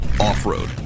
Off-road